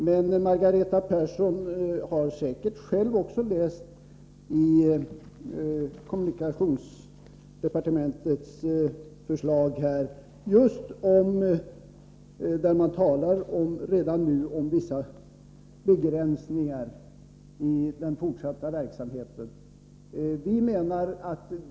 Men Margareta Persson har säkert själv läst i kommunikationsdepartementets förslag att man redan nu talar om vissa begränsningar i den fortsatta verksamheten.